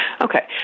Okay